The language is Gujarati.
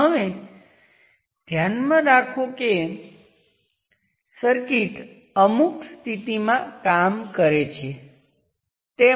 હવે ચાલો કહીએ કે મેં સર્કિટ આપી છે અને તમને IL ની ગણતરી કરવા માટે કહું છું